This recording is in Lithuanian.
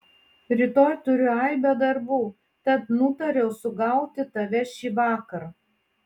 rytoj turiu aibę darbų tad nutariau sugauti tave šįvakar